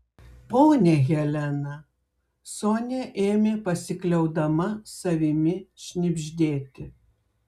ponia helena sonia ėmė pasikliaudama savimi šnibždėti